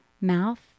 mouth